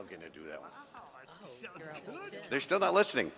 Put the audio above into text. i'm going to do that they're still not listening